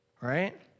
right